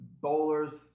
bowlers